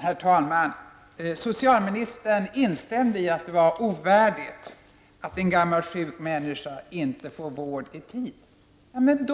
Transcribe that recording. Herr talman! Socialministern instämde i att det är ovärdigt att en gammal sjuk människa inte får vård i tid. Men